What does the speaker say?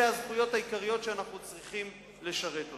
אלה הזכויות העיקריות שאנחנו צריכים לשרת אותן.